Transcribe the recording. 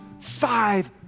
five